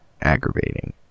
aggravating